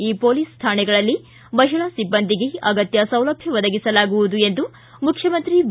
ಈ ಮೊಲೀಸ್ ಕಾಣೆಗಳಲ್ಲಿ ಮಹಿಳಾ ಸಿಬ್ಬಂದಿಗೆ ಅಗತ್ಯ ಸೌಲಭ್ಞ ಒದಗಿಸಲಾಗುವುದು ಎಂದು ಮುಖ್ಯಮಂತ್ರಿ ಬಿ